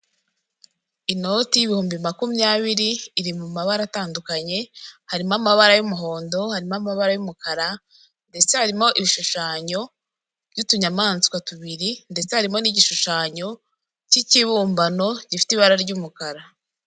Inoti y'ibihumbi makumyabiri iri mu mabara atandukanye harimo amabara y'umuhondo hari amabara y'umukara ndetse harimo ibishushanyo by'utunyamaswa tubiri ndetse harimo n'igishushanyo cy'ikibumbano gifite ibara ry'umukara .